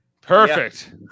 perfect